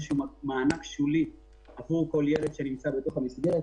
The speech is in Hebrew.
שהוא מענק שולי עבור כל ילד שנמצא בתוך המסגרת.